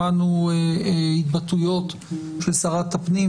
שמענו התבטאויות של שרת הפנים,